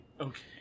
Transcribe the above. Okay